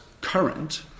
current